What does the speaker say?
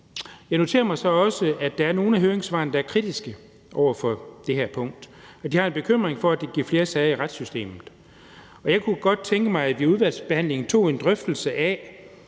Jeg noterer mig så også, at der er nogle af høringssvarene, der er kritiske over for det her punkt, og de har en bekymring for, at det giver flere sager i retssystemet. Og jeg kunne godt tænke mig, at vi i udvalgsbehandlingen tog en drøftelse af,